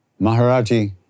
Maharaji